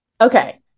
Okay